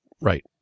right